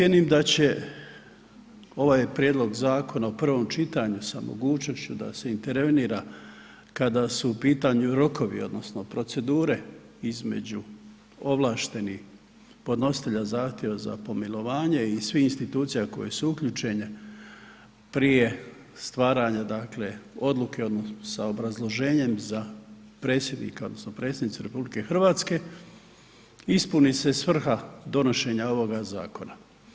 Cijenim da će ovaj prijedlog zakona u prvom čitanju sa mogućnošću da se intervenira kada su u pitanju rokovi odnosno procedure između ovlaštenih podnositelja zahtjeva za pomilovanje i svih institucija koje su uključene prije stvaranja odluke sa obrazloženjem za predsjednika odnosno predsjednicu RH ispuni se svrha donošenja ovoga zakona.